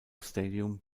stadium